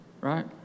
right